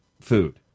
food